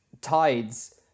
tides